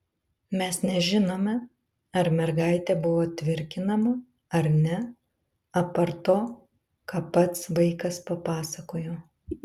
mes nežinome ar mergaitė buvo tvirkinama ar ne apart to ką pats vaikas papasakojo